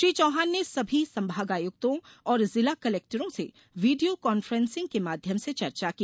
श्री चौहान ने सभी संभागायुक्तों और जिला कलेक्टरों से वीडियो कान्फ्रेंसिंग के माध्यम से चर्चा की